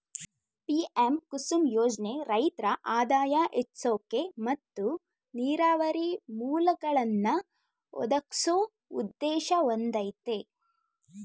PM Kusum ಯೋಜ್ನೆ ರೈತ್ರ ಆದಾಯ ಹೆಚ್ಸೋಕೆ ಮತ್ತು ನೀರಾವರಿ ಮೂಲ್ಗಳನ್ನಾ ಒದಗ್ಸೋ ಉದ್ದೇಶ ಹೊಂದಯ್ತೆ